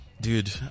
Dude